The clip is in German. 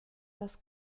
das